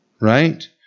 right